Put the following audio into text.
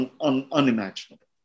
unimaginable